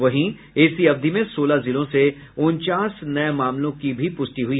वहीं इसी अवधि में सोलह जिलों से उनचास नये मामलों की भी प्रष्टि हुई